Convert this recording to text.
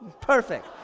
Perfect